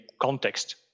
context